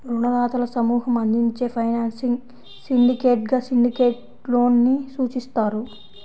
రుణదాతల సమూహం అందించే ఫైనాన్సింగ్ సిండికేట్గా సిండికేట్ లోన్ ని సూచిస్తారు